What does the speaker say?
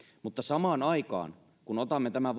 mutta samaan aikaan kun otamme tämän